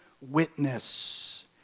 witness